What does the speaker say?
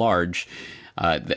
large